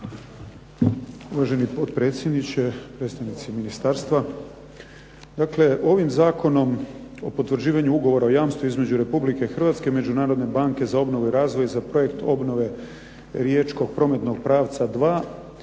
Uvaženi potpredsjedniče, predstavnici ministarstva. Dakle, ovim Zakonom o potvrđivanju ugovora o jamstvu između Republike Hrvatske i Međunarodne banke za obnovu i razvoj za projekt obnove Riječkog prometnog pravca 2